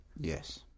Yes